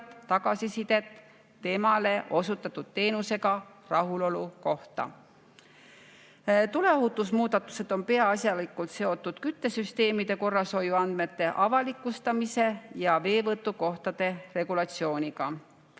tagasisidet temale osutatud teenusega rahulolu kohta. Tuleohutuse puhul on muudatused peaasjalikult seotud küttesüsteemide korrashoiu andmete avalikustamise ja veevõtukohtade regulatsiooniga.